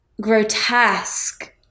grotesque